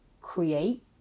create